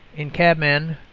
in cabmen,